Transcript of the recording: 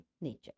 nature